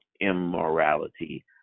immorality